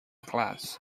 class